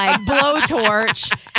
blowtorch